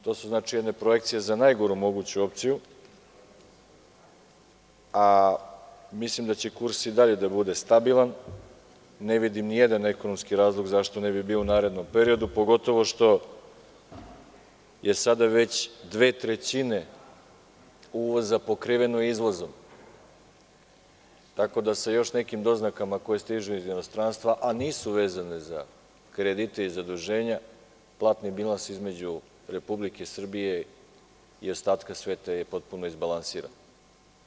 To su znači jedne projekcije za najgoru moguću opciju, a mislim da će kurs i dalje da bude stabilan, ne vidim ni jedan ekonomski razlog zašto ne bi bio u naredno periodu, pogotovo što je sada već dve trećine uvoza pokriveno izvozom, tako da se još nekim doznakama koje stižu iz inostranstva, a nisu vezane za kredite i zaduženja, platni bilans između Republike Srbije i ostatka sveta je potpuno izbalansiran.